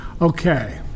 Okay